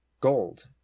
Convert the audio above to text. gold